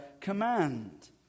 command